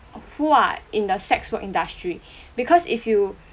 who are in the sex work industry because if you